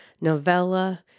novella